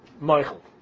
Michael